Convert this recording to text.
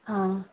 ꯑꯥ